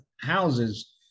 houses